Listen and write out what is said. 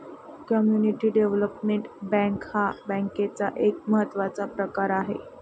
community development bank हा बँकेचा एक महत्त्वाचा प्रकार आहे